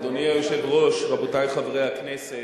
אדוני היושב-ראש, רבותי חברי הכנסת,